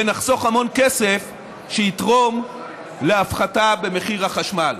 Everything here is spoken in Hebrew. ונחסוך המון כסף שיתרום להפחתה במחיר החשמל.